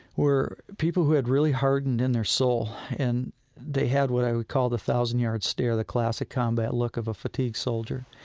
were people who had really hardened in their soul. and they had what i would call the thousand-yard stare, the classic combat look of a fatigued soldier.